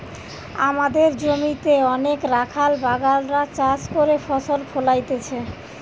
আমদের জমিতে অনেক রাখাল বাগাল রা চাষ করে ফসল ফোলাইতেছে